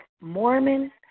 Mormon